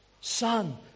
son